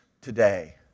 today